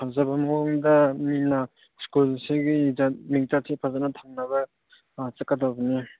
ꯐꯖꯕ ꯃꯑꯣꯡꯗ ꯃꯤꯅ ꯁ꯭ꯀꯨꯜꯁꯤꯒꯤ ꯏꯖꯠ ꯃꯤꯡꯆꯠꯁꯤ ꯐꯖꯅ ꯊꯝꯅꯕ ꯆꯠꯀꯗꯧꯕꯅꯤ